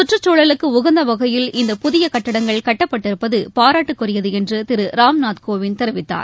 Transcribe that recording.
சுற்றுச்சூழலுக்கு உகந்த வகையில் இந்த புதிய கட்டிடங்கள் கட்டப்பட்டிருப்பது பாராட்டுக்குரியது என்று திரு ராம்நாத் கோவிந்த் தெரிவித்தார்